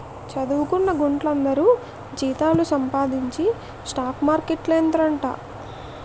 చదువుకొన్న గుంట్లందరూ జీతాలు సంపాదించి స్టాక్ మార్కెట్లేడతండ్రట